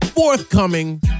Forthcoming